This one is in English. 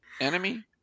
enemy